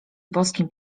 boskim